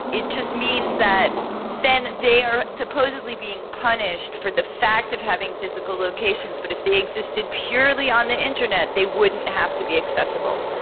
it just means that then they're supposedly being punished for the fact of having physical locations but if they existed purely on the internet they wouldn't have to be accessible,